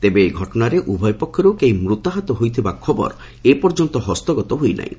ତେବେ ଏହି ଘଟଣାରେ ଉଭୟ ପକ୍ଷରୁ କେହି ମୃତାହତ ହୋଇଥିବା ଖବର ଏପର୍ଯ୍ୟନ୍ତ ହସ୍ତଗତ ହୋଇ ନାହିଁ